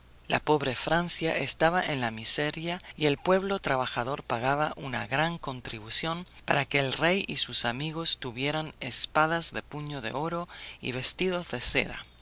la pobre francia estaba en la miseria y el pueblo trabajador pagaba una gran contribución para que el rey y sus amigos tuvieran espadas de puño de oro y vestidos de seda